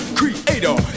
creator